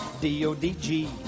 D-O-D-G